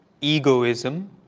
egoism